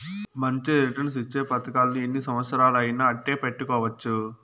మంచి రిటర్న్స్ ఇచ్చే పతకాలను ఎన్ని సంవచ్చరాలయినా అట్టే పెట్టుకోవచ్చు